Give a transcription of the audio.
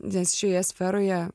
nes šioje sferoje